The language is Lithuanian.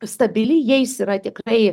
stabili jais yra tikrai